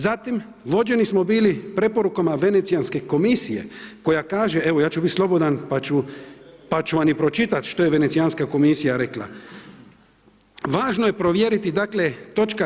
Zatim, vođeni smo bili preporukama Venecijanske komisije koja kaže, evo ja ću bit slobodan, pa ću vam i pročitat što je Venecijanska komisija rekla, važno je provjeriti, dakle, toč.